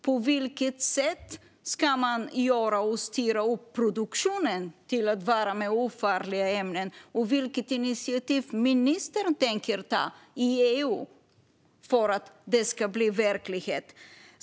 På vilket sätt ska man styra produktionen mot att använda ofarliga ämnen? Och vilket initiativ tänker ministern ta i EU för att det ska bli verklighet?